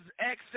access